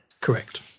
correct